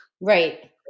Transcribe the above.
Right